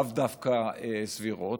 לאו דווקא סבירות,